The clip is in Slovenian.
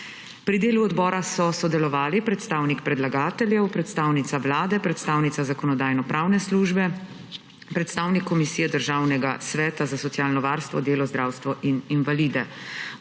Pri delu odbora so sodelovali: predstavnik predlagateljev, predstavnica Vlade, predstavnica Zakonodajno-pravne službe, predstavnik Komisije Državnega sveta za socialno varstvo, delo, zdravstvo in invalide.